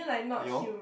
Eeyor